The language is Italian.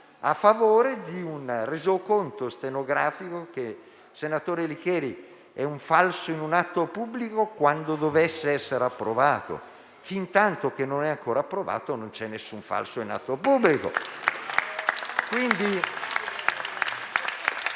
a favore di un resoconto stenografico che, senatore Licheri, è un falso in atto pubblico quando dovesse essere approvato. Fintanto che non è ancora approvato, non c'è nessun falso in atto pubblico.